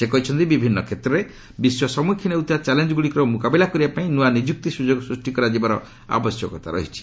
ସେ କହିଛନ୍ତି ବିଭିନ୍ନ କ୍ଷେତ୍ରରେ ବିଶ୍ୱ ସମ୍ମୁଖୀନ ହେଉଥିବା ଚ୍ୟାଲେଞ୍ଜ ଗୁଡ଼ିକର ମୁକାବିଲା କରିବା ପାଇଁ ନୂଆ ନିଯୁକ୍ତି ସୁଯୋଗ ସୃଷ୍ଟି କରାଯିବାର ଆବଶ୍ୟକତା ରହିଛି